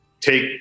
take